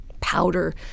powder